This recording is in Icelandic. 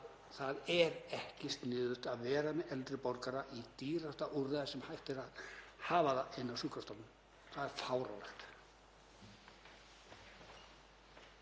það er ekki sniðugt að vera með eldri borgara í dýrasta úrræði sem hægt er að hafa þá, inni á sjúkrastofnunum. Það er fáránlegt.